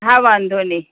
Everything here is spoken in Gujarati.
હા વાંધો નહીં